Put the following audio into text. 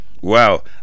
Wow